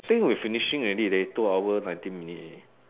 think we finishing already leh two hour ninety minute already